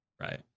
Right